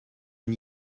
une